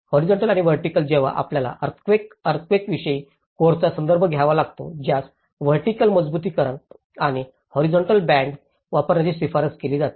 horizontal आणि vertical जेव्हा आपल्याला अर्थक्वेक अर्थक्वेकविषयक कोर्सचा संदर्भ घ्यावा लागतो ज्यास व्हर्टिकल मजबुतीकरण आणि हॉरीझॉन्टल बँड वापरण्याची शिफारस केली जाते